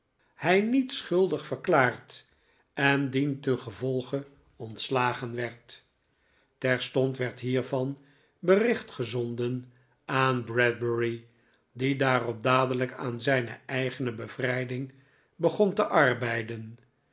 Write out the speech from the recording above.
hij niet schuldig verklaard en dientengevolge ontslagen werd terstond werd hiervan bericht gezonden aan bradbury die daarop dadelijk aan zijne eigene bevrijding begon te arbeiden